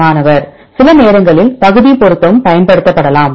மாணவர் சில நேரங்களில் பகுதி பொருத்தம் பயன்படுத்தப்படலாம்